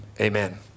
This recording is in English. amen